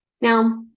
Now